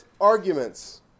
arguments